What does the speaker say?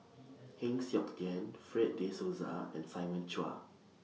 Heng Siok Tian Fred De Souza and Simon Chua